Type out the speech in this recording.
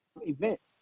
events